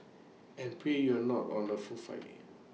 and pray you're not on A full flighting